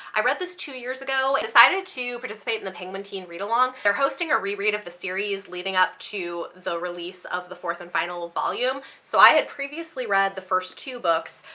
i read this two years ago and decided to participate in the penguin teen read-along. they're hosting a re-read of the series leading up to the release of the fourth and final volume. so i had previously read the first two books,